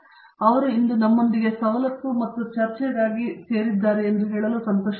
ಆದ್ದರಿಂದ ಅವರು ಇಂದು ನಮ್ಮೊಂದಿಗೆ ಸವಲತ್ತು ಮತ್ತು ಚರ್ಚೆಗಾಗಿ ಸೇರಲು ಸಾಧ್ಯವಾಗುತ್ತದೆ ಎಂದು ಸಂತೋಷ